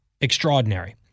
extraordinary